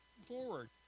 forward